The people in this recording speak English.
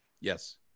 Yes